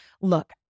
look